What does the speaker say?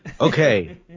okay